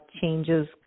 changes